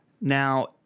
now